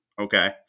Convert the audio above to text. okay